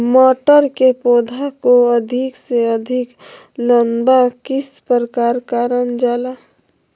मटर के पौधा को अधिक से अधिक लंबा किस प्रकार कारण जाला?